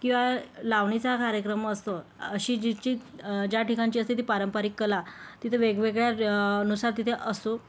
किंवा लावणीचा कार्यक्रम असो अशी जीची ज्या ठिकाणची असते ती पारंपरिक कला तिथे वेगवेगळ्या नुसार तिथे असो